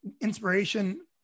inspiration